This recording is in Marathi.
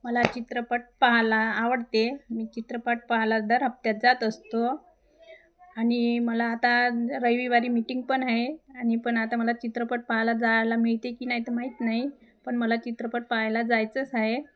मला चित्रपट पाहायला आवडते मी चित्रपट पाहायला दर हप्त्यात जात असतो आणि मला आता रविवारी मीटिंग पण आहे आणि पण आता मला चित्रपट पाहायला जायला मिळते की नाही ते माहीत नाही पण मला चित्रपट पाहायला जायचंच आहे